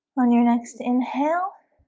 on your next inhale